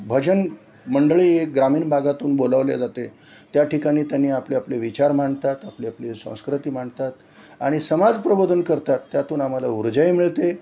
भजन मंडळी हे ग्रामीण भागातून बोलवले जाते त्या ठिकाणी त्यांनी आपले आपले विचार मांडतात आपली आपली संस्कृती मांडतात आणि समाज प्रबोधन करतात त्यातून आम्हाला उर्जाही मिळते